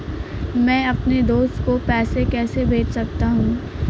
मैं अपने दोस्त को पैसे कैसे भेज सकता हूँ?